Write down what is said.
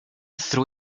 threw